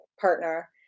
partner